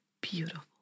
beautiful